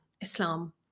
Islam